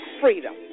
freedom